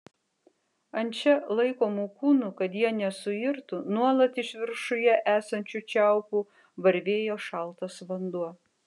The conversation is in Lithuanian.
ant čia laikomų kūnų kad jie nesuirtų nuolat iš viršuje esančių čiaupų varvėjo šaltas vanduo